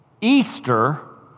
Easter